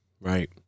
Right